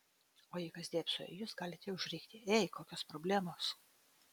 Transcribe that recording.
o jei kas dėbso į jus galite užrikti ei kokios problemos